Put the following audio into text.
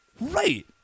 Right